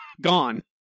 gone